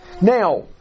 Now